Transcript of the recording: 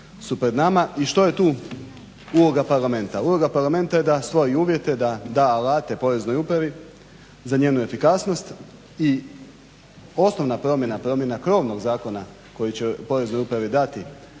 I što je tu uloga Parlamenta? Uloga Parlamenta je da stvori uvjete, da da alate Poreznoj upravi za njenu efikasnost. I osnovna promjena, promjena krovnoga zakona koji će Poreznoj upravi dati